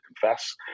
confess